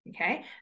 okay